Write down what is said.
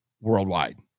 worldwide